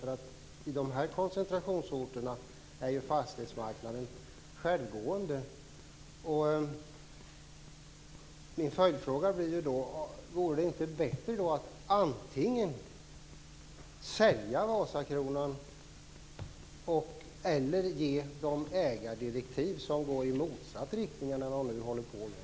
I de här koncentrationsorterna är ju marknaden självgående. Min följdfråga blir: Vore det inte bättre att antingen sälja Vasakronan eller ge dem ägardirektiv som går i motsatt riktning än vad de nu håller på med?